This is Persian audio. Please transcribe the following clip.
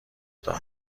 داد